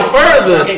further